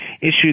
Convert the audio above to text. issued